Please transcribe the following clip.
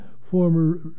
former